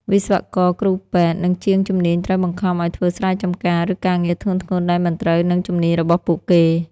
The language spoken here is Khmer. វិស្វករ គ្រូពេទ្យ និងជាងជំនាញត្រូវបង្ខំឱ្យធ្វើស្រែចម្ការ ឬការងារធ្ងន់ៗដែលមិនត្រូវនឹងជំនាញរបស់ពួកគេ។